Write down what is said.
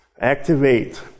Activate